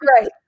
Right